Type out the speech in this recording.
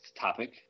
topic